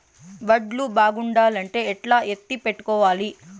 వడ్లు బాగుండాలంటే ఎట్లా ఎత్తిపెట్టుకోవాలి?